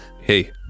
Hey